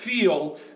feel